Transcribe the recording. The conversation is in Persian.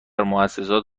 موسسات